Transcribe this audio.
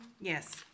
Yes